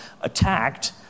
attacked